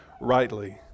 rightly